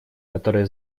которые